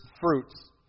fruits